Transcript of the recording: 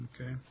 Okay